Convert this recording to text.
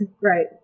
Right